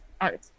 art